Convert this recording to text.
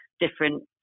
different